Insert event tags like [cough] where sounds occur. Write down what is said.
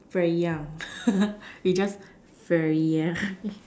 very young [laughs] we just very young